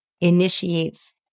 initiates